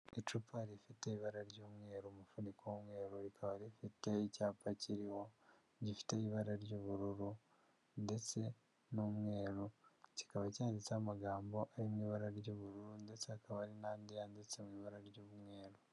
Icupa rifite ibara ry'umweru, umufuniko w'umweru rikaba rifite icyapa kiriho gifite ibara ry'ubururu ndetse n'umweru, kikaba cyanditseho amagambo ari mu ibara ry'ubururu ndetse hakaba hari n'andi yanditse mu ibara ry'umweru.